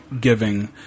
giving